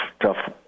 tough